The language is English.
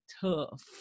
tough